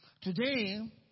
Today